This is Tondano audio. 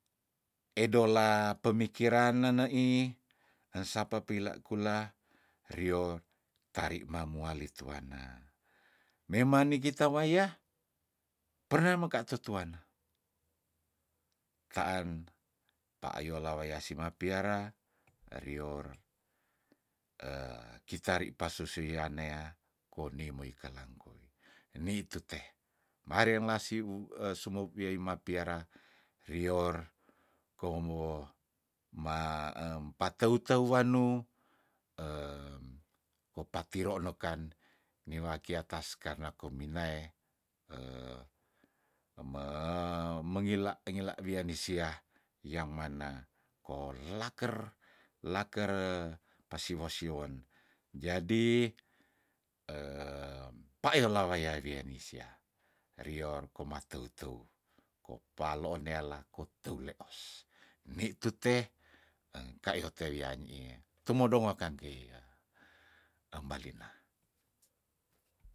Edola pemikiran neneih ensapa peila kula rior tari mamuali tuanna mema nikita waya perna meka tutuanna taan payo la waya sima piara rior kita ri pasusuian nea koni moi kolangkoi nitute mareng lasi wu e sumup yai ma piara rior komo ma em pateu teu wannu kopatiro nokan newaki atas karna kominae eme mengila- ngila wian nisea yang mana korlaker lakere pasiw- siwon jadi payo lah waya wianisia rior koma teu teu kopaloon neala koteu leos nitute engkayo tewia nyiih tumodong wakangkei yah embalina.